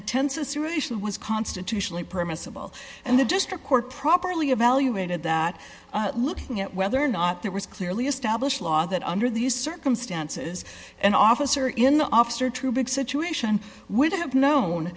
situation was constitutionally permissible and the district court properly evaluated that looking at whether or not there was clearly established law that under these circumstances an officer in the officer true big situation would have known